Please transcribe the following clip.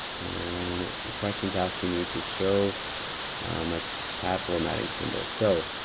and the questions asking me to show my tab formatting symbols. so,